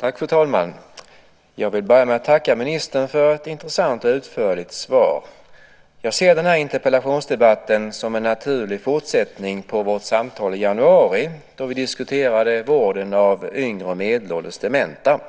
Fru talman! Jag vill börja med att tacka ministern för ett intressant och utförligt svar. Jag ser den här interpellationsdebatten som en naturlig fortsättning på vårt samtal i januari, då vi diskuterade vården av yngre och medelålders dementa.